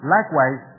Likewise